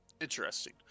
Interesting